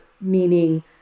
meaning